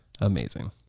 amazing